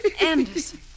Anderson